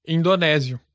Indonésio